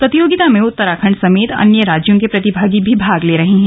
प्रतियोगिता में उत्तराखंड समेत अन्य राज्यों के प्रतिभागी भी भाग ले रहे हैं